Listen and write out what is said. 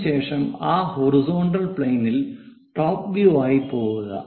അതിനുശേഷം ആ ഹൊറിസോണ്ടൽ പ്ലെയിനിൽ ടോപ് വ്യൂ ആയി പോകുക